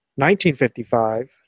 1955